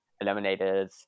eliminated